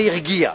זה הרגיע.